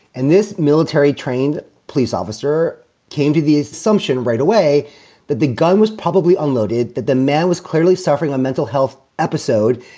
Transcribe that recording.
and this military trained police officer came to the assumption right away that the gun was probably unloaded. that the man was clearly suffering a mental health episode.